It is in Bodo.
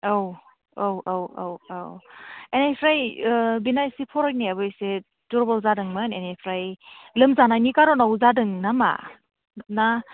औ औ औ औ बेनिफ्राय बेना एसे फरायनायाबो एसे दुरबल जादोंमोन बेनिफ्राय लोमजानायनि कारनाव जादों नामा ना